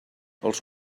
els